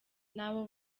n’abo